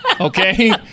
okay